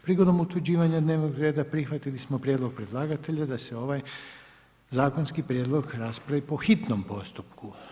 Prigodom utvrđivanja dnevnog reda prihvatili smo prijedlog predlagatelja da se ovaj zakonski prijedlog raspravi po hitnom postupku.